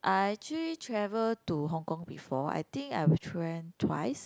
I actually travel to Hong-Kong before I think I tra~ twice